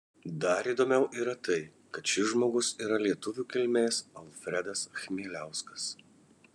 dar įdomiau yra tai kad šis žmogus yra lietuvių kilmės alfredas chmieliauskas